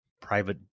private